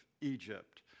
Egypt